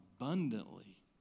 abundantly